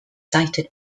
cited